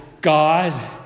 God